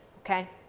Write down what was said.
okay